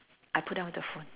I put down the phone